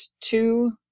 two